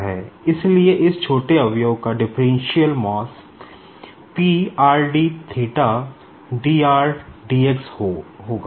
इसलिए इस छोटे अव्यव का डिफरेंशियल मास होगा